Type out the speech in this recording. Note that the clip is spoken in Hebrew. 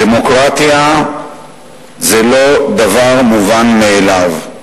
דמוקרטיה זה לא דבר מובן מאליו.